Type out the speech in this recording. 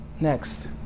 Next